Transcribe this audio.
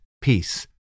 peace